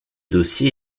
dossier